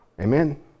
Amen